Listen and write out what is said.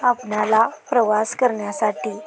आपणाला प्रवास करण्यासाठी